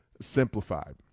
simplified